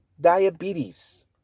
Diabetes